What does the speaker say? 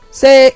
say